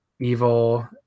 evil